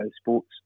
sports